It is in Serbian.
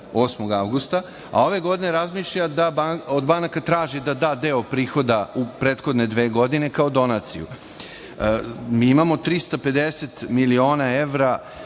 8. avgusta, a ove godine razmišlja da od banaka traži da da deo prihoda u prethodne dve godine kao donaciju. Mi imamo 350 miliona evra